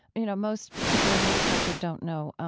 you know, most people in this culture don't know.